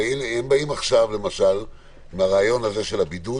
הרי הם באים עכשיו עם רעיון הבידוד,